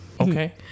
Okay